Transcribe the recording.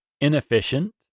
inefficient